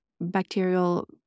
bacterial